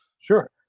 Sure